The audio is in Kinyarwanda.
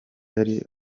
yari